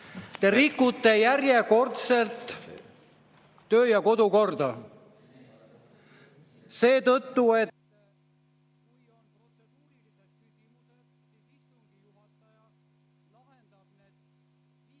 Te rikute järjekordselt töö‑ ja kodukorda, seetõttu et